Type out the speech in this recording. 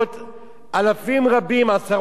אלפים רבים, עשרות אלפים,